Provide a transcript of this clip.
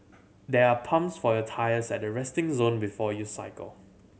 there are pumps for your tyres at the resting zone before you cycle